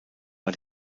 war